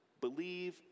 Believe